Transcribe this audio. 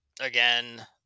Again